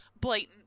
blatant